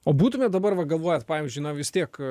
o būtumėt dabar va galvojęs pavyzdžiui na vis tiek